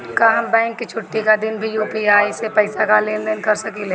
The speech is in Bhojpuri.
का हम बैंक के छुट्टी का दिन भी यू.पी.आई से पैसे का लेनदेन कर सकीले?